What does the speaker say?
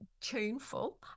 tuneful